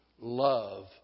love